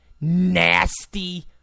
nasty